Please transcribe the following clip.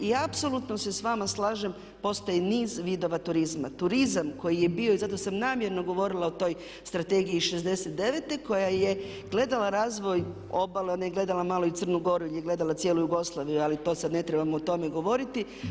I apsolutno se s vama slažem postoji niz vidova turizma, turizam koji je bio i zato sam namjerno govorila o toj strategiji iz 69.koja je gledala razvoj obale, ona je gledalo malo i Crnu Goru, jer je gledala cijelu Jugoslaviju ali to sad ne trebamo o tome govoriti.